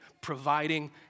providing